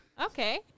Okay